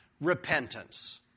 repentance